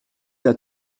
t’a